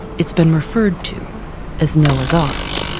it's been referred to as noah's ark.